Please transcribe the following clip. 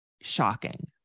shocking